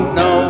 no